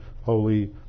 holy